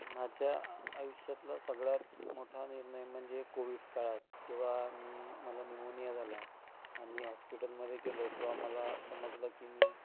माझ्या आयुष्यातला सगळ्यात मोठा निर्णय म्हणजे कोव्हीड काळात जेव्हा मी मला निमोनिया झाला आणि हॉस्पिटलमध्ये गेलो तेव्हा मला समजलं की मी